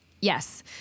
Yes